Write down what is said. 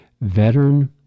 veteran